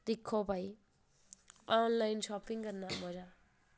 दिक्खो भाई online shopping करने दा मजा ऐ